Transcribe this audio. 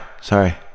Sorry